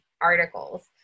articles